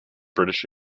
british